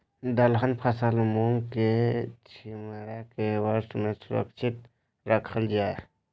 दलहन फसल मूँग के छिमरा के वर्षा में सुरक्षित राखल जाय?